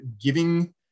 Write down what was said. giving